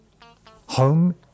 Home